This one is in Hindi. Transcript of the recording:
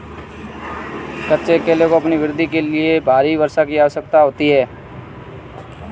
कच्चे केले को अपनी वृद्धि के लिए भारी वर्षा की आवश्यकता होती है